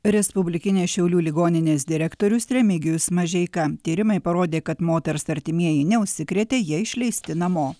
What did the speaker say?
respublikinės šiaulių ligoninės direktorius remigijus mažeika tyrimai parodė kad moters artimieji neužsikrėtė jie išleisti namo